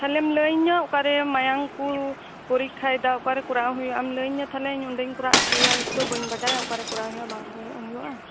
ᱛᱟᱦᱞᱮᱢ ᱞᱟᱹᱭᱟᱹᱧᱟᱹ ᱚᱠᱟ ᱨᱮ ᱢᱟᱭᱟᱝ ᱠᱚ ᱯᱚᱨᱤᱠᱠᱷᱟᱭᱮᱫᱟ ᱚᱠᱟᱨᱮ ᱠᱚᱨᱟᱣ ᱦᱩᱭᱩᱜᱼᱟ ᱟᱢ ᱞᱟᱹᱭᱟᱹᱧ ᱢᱮ ᱛᱟᱦᱞᱮ ᱚᱸᱰᱮᱧ ᱠᱚᱨᱟᱣ ᱚᱪᱚᱭᱟ ᱤᱧ ᱛᱚ ᱵᱟᱹᱧ ᱵᱟᱰᱟᱭᱟ ᱚᱠᱟᱨᱮ ᱠᱚᱨᱟᱣ ᱦᱩᱭᱩᱜᱼᱟ ᱵᱟᱝ ᱦᱩᱭᱩᱜᱼᱟ ᱦᱩᱻ